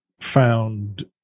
found